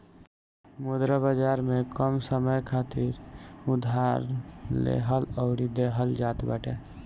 मुद्रा बाजार में कम समय खातिर उधार लेहल अउरी देहल जात बाटे